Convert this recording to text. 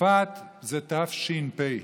שפת זה ת' ש' פ'.